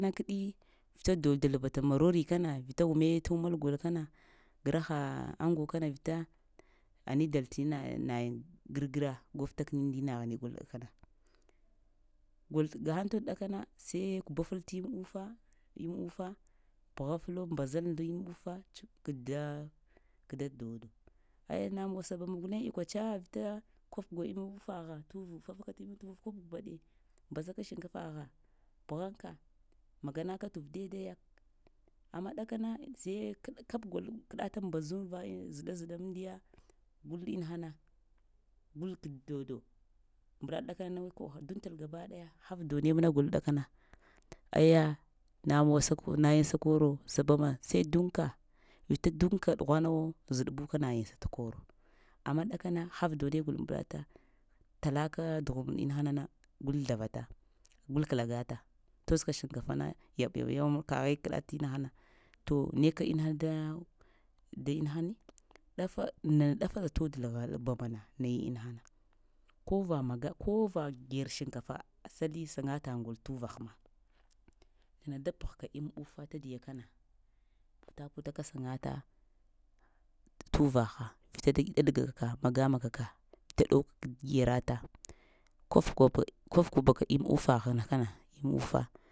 vita bata do dal marorikana vita wume ta wunal gul kana graha ango kana vita ani dal tina nayin gargra gwaftakina nda inaghni gol ɗakana gol gahan todal ɗakana sai kubafla t imufa imufa pghaflo mbazalo da imufa t kda kdado da aya namuwa guloŋ ikwa tsa vita kufkuba imufagha tuwo fafa ka imufa kwafkubaɗe mbazaka shinkafa gha pghanka maganaka tur daidaya ama ɗakana sai k kap gul kɗata mbaz zɗa-zɗa amdiya gul inahana gul k-dodo mbɗaɗa kɗakanana ko dantal gaba daya haf done mna gul kɗakana aya namuwa sakar nayen sakoro sabama sai donka, vita donka doghwana two zɗbu kanayen skoro, amma ɗakana haf donee gul mbɗata tala ka dughum inahanana gul zlavata gul klagata tozka shinkafana yab yab yo kaghe kɗa ti inahana to neka inaha da da inahani ɗafa na dafa stodal ghla bamana naye inahana ko va nga kova gər shinkafa asli saŋgta gwol tuvagha ma na da phgka imufa tadiya kana puta-putaka saŋgata tuvagha vita ɗaɗɗgaka maga magaka dawkt gərata kufkuba kufkubaka imufaghama kana imufa